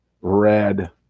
red